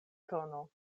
tono